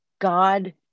God